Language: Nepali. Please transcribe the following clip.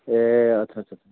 ए अच्छा अच्छा अच्छा